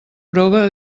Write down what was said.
prova